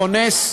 לכונס,